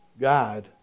God